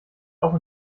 auch